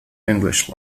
english